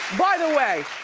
by the way,